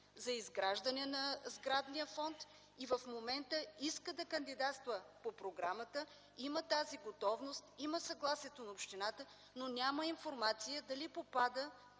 за изграждане на сградния фонд и в момента иска да кандидатства по програмата, има тази готовност, има съгласието на общината, но няма информация дали попада